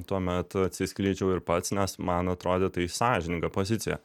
tuomet atsiskleidžiau ir pats nes man atrodė tai sąžininga pozicija